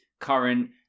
current